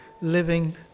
living